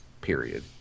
period